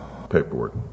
paperwork